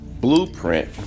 blueprint